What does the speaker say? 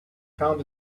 found